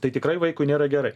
tai tikrai vaikui nėra gerai